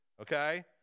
Okay